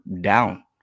down